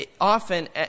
often